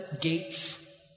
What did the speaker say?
gates